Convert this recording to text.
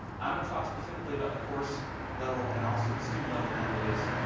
i am going to talk specifically about the course level and also the student level analytics,